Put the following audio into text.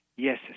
Yes